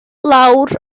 lawr